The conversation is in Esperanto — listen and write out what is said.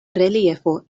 reliefo